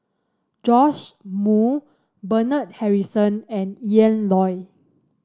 Joash Moo Bernard Harrison and Ian Loy